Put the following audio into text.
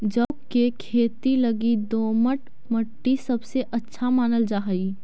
जौ के खेती लगी दोमट मट्टी सबसे अच्छा मानल जा हई